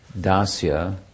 dasya